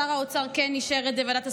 שר האוצר אישר את זה בוועדת השרים.